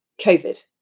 COVID